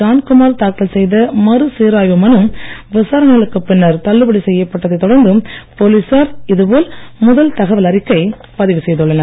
ஜான்குமார் தாக்கல் செய்த மறுசீராய்வு மனு விசாரணைகளுக்குப் பின்னர் தள்ளுபடி செய்யப்பட்டதைத் தொடர்ந்து போலீசார் இதுபோல் முதல் தகவல் அறிக்கை பதிவு செய்துள்ளனர்